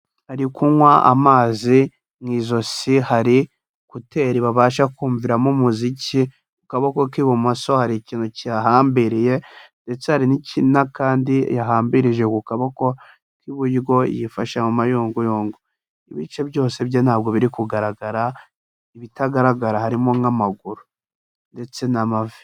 Ari kunywa amazi mu ijosi hari kuteli babasha kumviramo umuziki, mu kaboko k'ibumoso hari ikintu kihahambiriye ndetse hari n'akandi yahambirije ku kaboko k'iburyo yifashe mu mayunguyungu, ibice byose bye ntabwo biri kugaragara ibitagaragara harimo nk'amaguru ndetse n'amavi.